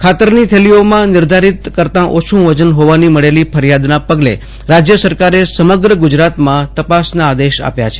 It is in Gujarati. ખાતરની થેલીઓમાં નિર્ધારિત કરતાં ઓછું વજન હોવાની મળેલી ફરિયાદના પગલે રાજય સરકારે સમગ્ર ગુજરાતમાં તપાસના આદેશ આપ્યા છે